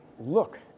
look